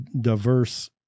diverse